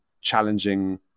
challenging